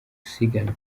siganwa